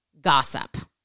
gossip